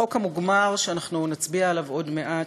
החוק המוגמר, שאנחנו נצביע עליו עוד מעט,